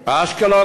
אשקלון,